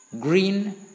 green